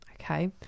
okay